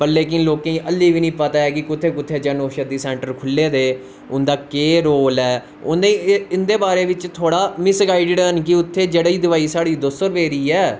पर लेकिन लोकें गी अल्ली बी नीं पता ऐ कि कुत्थे कुत्थे जन औषधि सेंटर खुल्ले दे ते उं'दा केह् रोल ऐ उ'नेंगी एह् इं'दे बारे च थोह्ड़ा मिस गाइड उत्थें जेह्ड़ी दवाई दो सौ रपेऽ दी ऐ